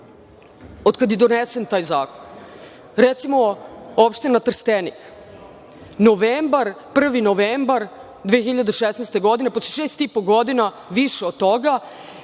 od kada je donesen taj zakon? Recimo, opština Trstenik, 1. novembar 2016. godine, posle šest i po godina, više od toga,